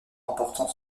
remportant